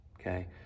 okay